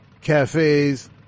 Cafes